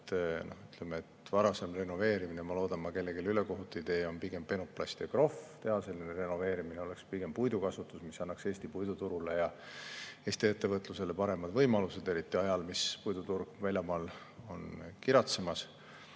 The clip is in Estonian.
et varasem renoveerimine – ma loodan, et ma kellelegi ülekohut ei tee – on olnud pigem penoplast ja krohv, tehaseline renoveerimine oleks pigem puidukasutus, mis annaks Eesti puiduturule ja Eesti ettevõtlusele paremad võimalused, eriti ajal, kui puiduturg välismaal kiratseb.